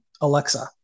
Alexa